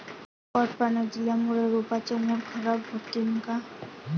पट पाणी दिल्यामूळे रोपाची मुळ खराब होतीन काय?